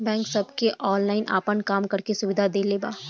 bank सबके online आपन काम करे के सुविधा देले बा